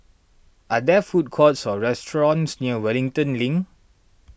are there food courts or restaurants near Wellington Link